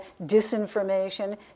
disinformation